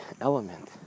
element